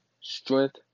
strength